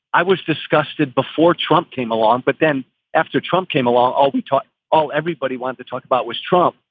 i was disgusted before trump came along. but then after trump came along, all we thought all everybody wants to talk about was trump.